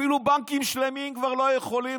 אפילו בנקים שלמים כבר לא יכולים